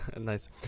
nice